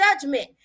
judgment